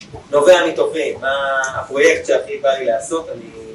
נובע מתוכי, מה הפרויקט שהכי בא לי לעשות, אני...